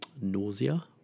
nausea